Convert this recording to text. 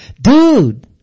Dude